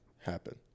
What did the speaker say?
happen